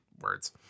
Words